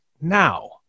now